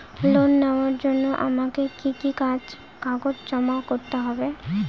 Loan নেওয়ার জন্য আমাকে কি কি কাগজ জমা করতে হবে?